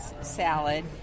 salad